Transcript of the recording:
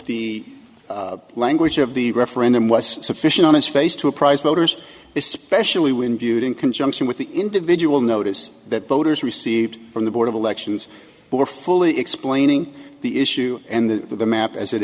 the language of the referendum was sufficient on its face to apprise voters especially when viewed in conjunction with the individual notice that voters received from the board of elections were fully explaining the issue and the map as it